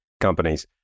companies